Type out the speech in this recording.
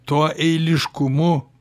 tuo eiliškumu